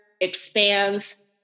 expands